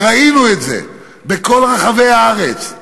וראינו את זה בכל רחבי הארץ,